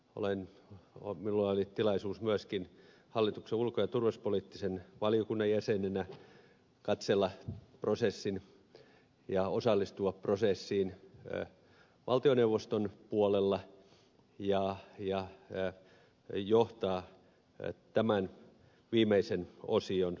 minulla oli tilaisuus myöskin hallituksen ulko ja turvallisuuspoliittisen valiokunnan jäsenenä katsella prosessia ja osallistua prosessiin valtioneuvoston puolella ja johtaa tämän viimeisen osion seurantaryhmää